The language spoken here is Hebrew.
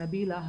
נבילה,